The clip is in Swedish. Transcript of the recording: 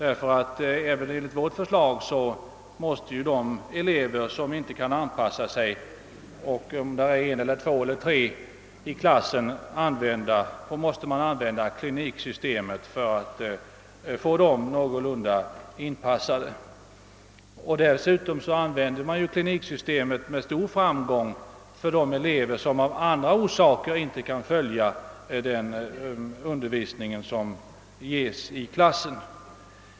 Även enligt vårt förslag måste man för de elever — om det är två eller tre stycken — som inte kan anpassa sig i en klass, tillämpa kliniksystemet. Dessutom används kliniksystemet med stor framgång när det gäller elever som av andra orsaker inte kan följa den undervisning som ges i klassen.